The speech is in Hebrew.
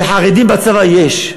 וחרדים בצבא יש,